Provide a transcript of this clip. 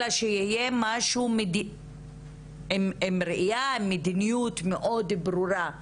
אלא שיהיה משהו עם ראייה ומדיניות מאוד ברורה,